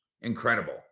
Incredible